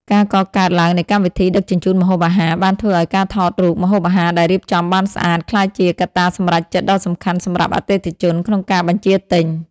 ការកកើតឡើងនៃកម្មវិធីដឹកជញ្ជូនម្ហូបអាហារ បានធ្វើឱ្យការថតរូបម្ហូបអាហារដែលរៀបចំបានស្អាត ក្លាយជាកត្តាសម្រេចចិត្តដ៏សំខាន់សម្រាប់អតិថិជនក្នុងការបញ្ជាទិញ។